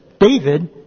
David